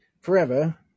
forever